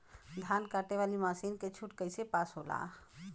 धान कांटेवाली मासिन के छूट कईसे पास होला?